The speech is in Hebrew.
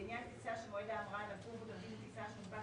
לעניין טיסה שמועד ההמראה הנקוב בכרטיס הטיסה שהונפק